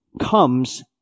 comes